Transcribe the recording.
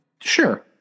Sure